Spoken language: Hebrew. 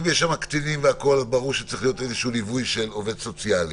אם יש שם קטינים אז ברור שצריך להיות איזשהו ליווי של עובד סוציאלי.